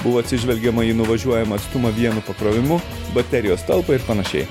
buvo atsižvelgiama į nuvažiuojamą atstumą vienu pakrovimu baterijos talpą ir panašiai